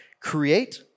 create